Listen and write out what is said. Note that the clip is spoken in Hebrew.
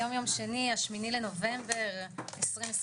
היום יום שני 8 בנובמבר 2021,